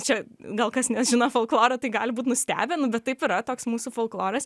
čia gal kas nežino folkloro tai gali būt nustebę nu bet taip yra toks mūsų folkloras